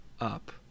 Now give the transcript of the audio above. up